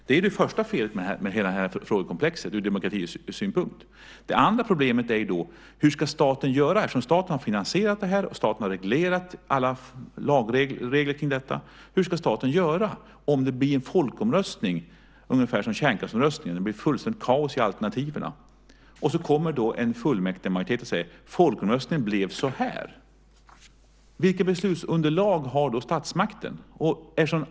Detta är det första felet med hela det här frågekomplexet ur demokratisynpunkt. Det andra problemet är hur staten ska göra. Staten har ju finansierat det här. Staten har reglerat alla lagregler för det. Hur ska staten göra om det blir en folkomröstning som är ungefär som kärnkraftsomröstningen - det blir fullständigt kaos i alternativen? Sedan kommer en fullmäktigemajoritet och säger: Folkomröstningen blev så här! Vilket beslutsunderlag har då statsmakten?